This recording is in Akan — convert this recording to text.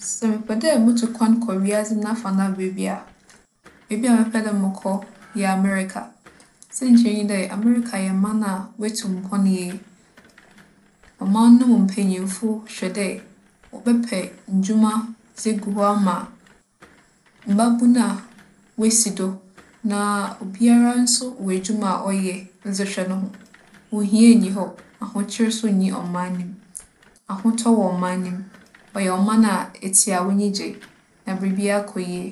Sɛ mepɛ dɛ mutu kwan kͻ wiadze n'afanan beebi a, beebi a mɛpɛ dɛ mͻkͻ yɛ Amerika. Siantsir nye dɛ Amerika yɛ ͻman a oetu mpon yie. ͻman no mu mpanyimfo hwɛ dɛ wͻbɛpɛ ndwuma dze egu hͻ ama mbabun a woesi do, na obiara so wͻ edwuma ͻyɛ ͻdze hwɛ noho. Ohia nnyi hͻ, ahokyer so nnyi ͻman no mu. Ahotͻ wͻ ͻman no mu. ͻyɛ ͻman a etse a w'enyi gye na biribiara kͻ yie.